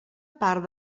part